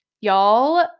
Y'all